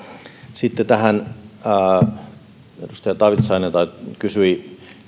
sitten edustaja taavitsainen kysyi